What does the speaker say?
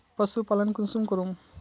पशुपालन कुंसम करूम?